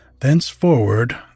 Thenceforward